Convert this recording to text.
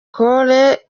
cole